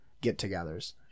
get-togethers